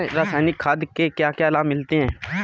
रसायनिक खाद के क्या क्या लाभ मिलते हैं?